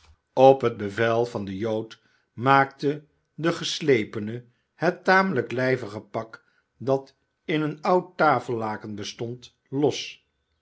op het bevel van den jood maakte de qeslepene het tamelijk lijvige pak dat in een oud tafellaken bestond los